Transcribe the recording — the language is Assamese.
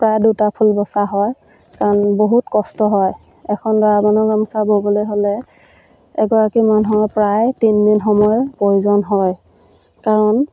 প্ৰায় দুটা ফুল বচা হয় কাৰণ বহুত কষ্ট হয় এখন দৰা বৰণৰ গামচা ব'বলৈ হ'লে এগৰাকী মানুহৰ প্ৰায় তিনিদিন সময় প্ৰয়োজন হয় কাৰণ